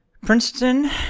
Princeton